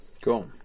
cool